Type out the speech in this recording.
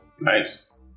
Nice